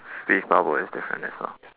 speech bubble is different as well